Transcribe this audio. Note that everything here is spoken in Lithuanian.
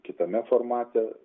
kitame formate